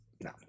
no